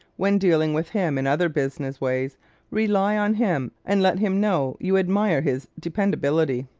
when dealing with him in other business ways rely on him and let him know you admire his dependability.